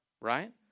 right